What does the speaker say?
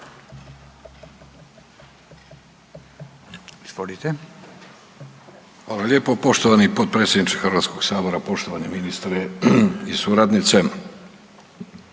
Hvala lijepo poštovani potpredsjedniče Hrvatskog sabora. Poštovane kolegice i kolege,